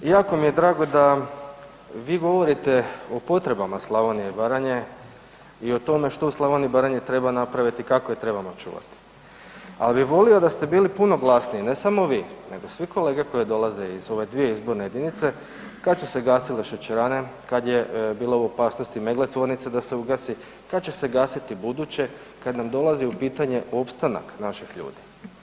Jako mi je drago da vi govorite o potrebama Slavonije i Baranje i o tome što u Slavoniji i Baranji treba napraviti, kako je trebamo čuvati, ali bi volio da ste bili puno glasniji, ne samo vi nego svi kolege koje dolaze iz ove dvije izborne jedinice, kada su se gasile šećerane, kada je bilo u opasnosti Meggle tvornica da se ugasi, kada će se gasiti buduće kad nam dolazi u pitanje opstanak naših ljudi.